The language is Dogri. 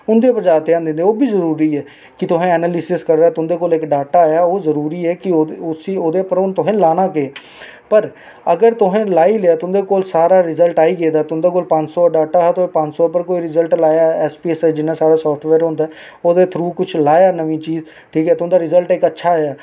उं'दे उप्पर ध्यान दिंदे ओह् बी जरूरी ऐ कि तुस ऐनालिसिस करो तुं'दे कोल इक डाटा होएआ ओह् जरूरी ऐ कि उसी ओह्दे पर तुसें हून लाना केह् पर अगर तुसें लाई लेआ तुं'दे कोल सारा रज्लट आई गेदा तुंदा पंज सौ दा डाटा हा तुस पंज सौ उप्पर कोई रज्लट लाया एस पी एस जियां साढ़ा साफ्टवेयर होंदा ऐ ओह्दे थ्रू कुछ लाया कुछ नमीं चीज ठीक ऐ तुं'दा रजल्ट इक अच्छा आया ऐ